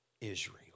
Israel